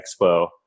Expo